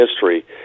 history